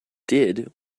did